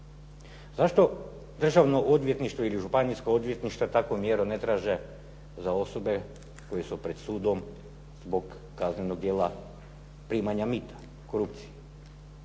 Zašto državno odvjetništvo ili županijsko odvjetništvo takvu mjeru ne traže za osobe koje su pred sudom zbog kaznenog djela primanja mita, korupcije